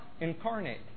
incarnate